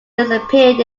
disappeared